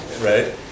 right